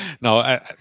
No